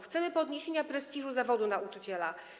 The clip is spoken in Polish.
Chcemy podniesienia prestiżu zawodu nauczyciela.